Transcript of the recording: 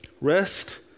Rest